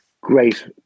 great